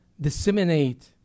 disseminate